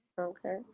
Okay